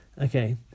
Okay